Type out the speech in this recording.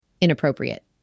inappropriate